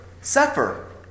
suffer